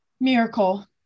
miracle